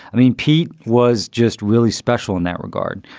i mean, pete was just really special in that regard.